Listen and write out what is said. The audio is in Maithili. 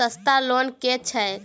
सस्ता लोन केँ छैक